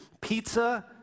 pizza